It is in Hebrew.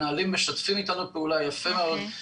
מנהלים משתפים איתנו פעולה יפה מאוד,